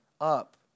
up